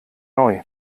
neu